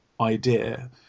idea